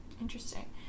Interesting